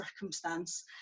circumstance